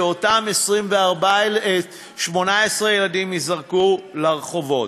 ואותם ילדים ייזרקו לרחובות.